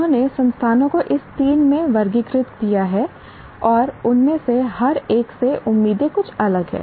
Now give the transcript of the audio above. उन्होंने संस्थानों को इस 3 में वर्गीकृत किया है और उनमें से हर एक से उम्मीदें कुछ अलग हैं